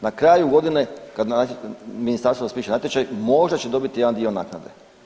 Na kraju godine kad ministarstvo raspiše natječaj možda će dobiti jedan dio naknade.